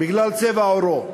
בגלל צבע עורו,